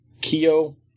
kyo